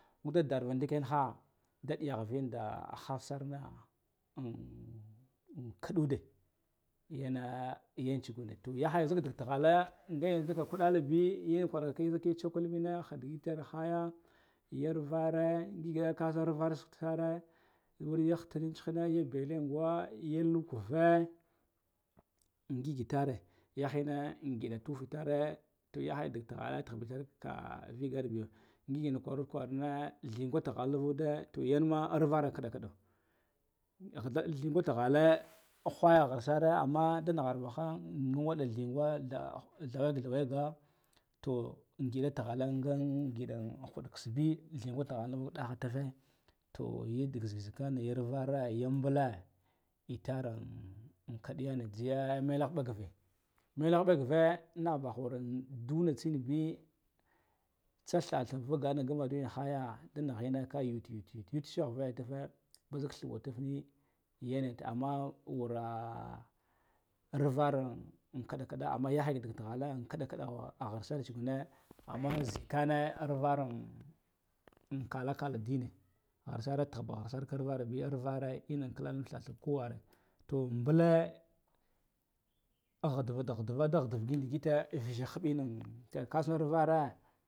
Uda darva ndivenha da ɗihavin da havsar na kiɗa ude yene yen tsugune to yahaya zik dik tighale nga ina zikk uɗalabi yankwara yin ya tsakulɓina hald digitine haya ya arvare, ngig kasar are vor ba suktare wurya hitirin tsihe ga b elengwa ya lukuve an ngig tare ya hine ngiɗan kug ufatare yaha dig tagha le tinba itar ka vigan bigu ngigina kwarud kwarane, ɗhigwa tighal nuvuda to yanma arvar kiɗakiɗa ghida ɗhi gwa tighale a whaya hir sare, amma da nigharfa ngwagwada dhigwa ɗha ɗhighe ga to ingidan tighale ngak ngida kiss bi ɗhigwa tighal mur dahan tife to yadik zik zikane ya vare ga mbule itarran ak id yene ziya melah mbugve meleh mbu gve duna tsinbi tsa thatha ngumaduwin haya da nighine ka yat yur shahvaya tife ba zik thau tif ni yenet amma wura arvaren an kiɗa kiɗa, amma yahaya ka dig tighale an kiɗa kiɗan ghirsar tsu gune, amma zikane arvaran an kalaka la dine ghir sare tahba ghirsar ka ar var bi arvare ine klana thatha kowar to mbule aghidiva da ghidiva da ghidav gin digite vize himɓinin tiyan kasan arvare.